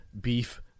beef